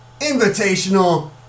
Invitational